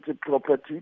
property